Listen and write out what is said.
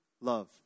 love